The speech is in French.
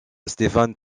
stéphane